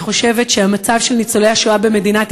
אני חושבת שהמצב של ניצולי השואה במדינת